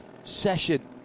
session